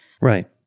Right